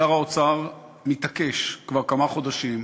שר האוצר מתעקש כבר כמה חודשים,